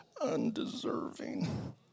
undeserving